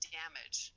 damage